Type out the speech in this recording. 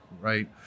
right